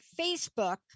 Facebook